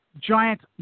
giant